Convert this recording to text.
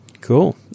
cool